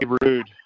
rude